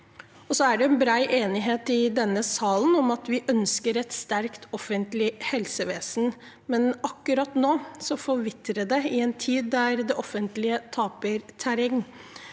Det er også en bred enighet i denne salen om at vi ønsker et sterkt offentlig helsevesen, men akkurat nå forvitrer det i en tid der det offentlige taper terreng.